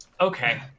Okay